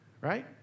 right